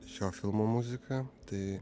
šio filmo muziką tai